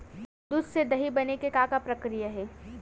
दूध से दही बने के का प्रक्रिया हे?